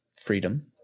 Freedom